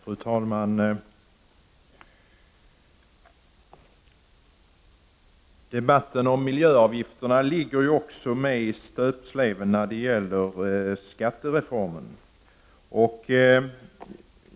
Fru talman! Debatten om miljöavgifterna ligger också med i stöpsleven när det gäller skattereformen.